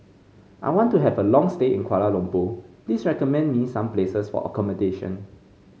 I want to have a long stay in Kuala Lumpur please recommend me some places for accommodation